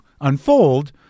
unfold